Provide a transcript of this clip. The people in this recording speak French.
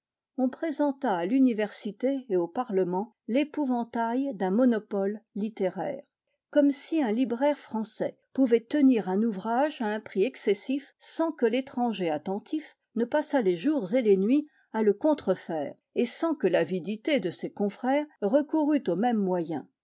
on présenta à l'université et aux parlements l'épouvantail d'un monopole littéraire comme si un libraire français pouvait tenir un ouvrage à un prix excessif sans que l'étranger attentif ne passât les jours et les nuits à le contrefaire et sans que l'avidité de ses confrères recourût aux mêmes moyens